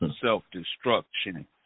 Self-destruction